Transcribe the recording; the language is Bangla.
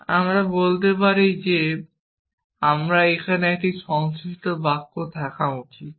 তাহলে আমরা বলতে চাই যে আমাদের এখানে একটি সংশ্লিষ্ট বাক্য থাকা উচিত